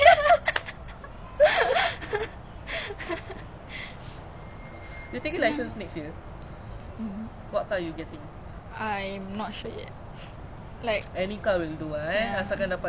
yeah I think yeah that's the priority actually I plan to take it this year like my birthday passed but like chun chun right like the month I want to take it then circuit breaker happened